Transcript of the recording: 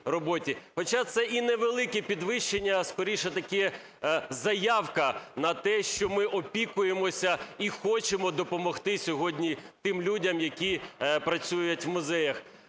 Хоча це і невелике підвищення, скоріше, така заявка на те, що ми опікуємося і хочемо допомогти сьогодні тим людям, які працюють в музеях.